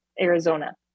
Arizona